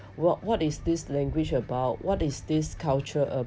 what what is this language about what is this culture